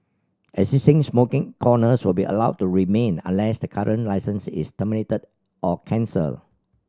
existing smoking corners will be allowed to remain unless the current licence is terminated or cancelled